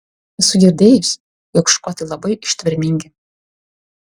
esu girdėjusi jog škotai labai ištvermingi